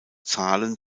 zahlen